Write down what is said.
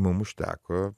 mum užteko